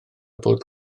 bwrdd